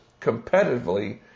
competitively